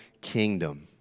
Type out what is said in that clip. kingdom